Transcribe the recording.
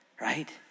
right